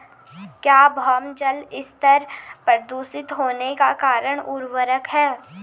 क्या भौम जल स्तर प्रदूषित होने का कारण उर्वरक है?